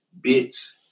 bits